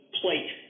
plate